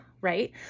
right